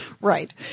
right